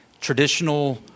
traditional